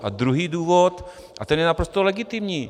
A druhý důvod a ten je naprosto legitimní.